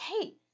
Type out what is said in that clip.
Kate